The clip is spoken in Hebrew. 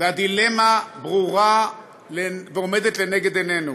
והדילמה ברורה ועומדת לנגד עינינו: